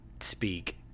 speak